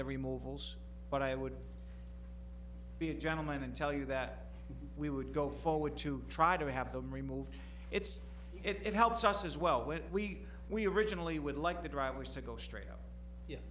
the remove holes but i would be a gentleman and tell you that we would go forward to try to have them removed it's it helps us as well when we we originally would like the drivers to go straight out